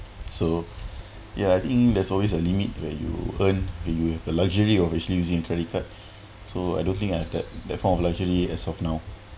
so ya I think there's always a limit where you earn that you have the luxury of actually using a credit card so I don't think I have that form of luxury as of now